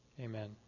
amen